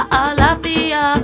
alafia